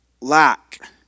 lack